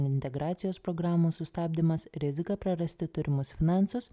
integracijos programos sustabdymas rizika prarasti turimus finansus